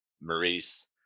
Maurice